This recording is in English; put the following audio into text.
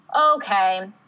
okay